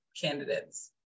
candidates